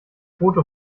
foto